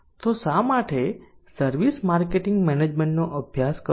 તો શા માટે સર્વિસ માર્કેટિંગ મેનેજમેન્ટનો અભ્યાસ કરો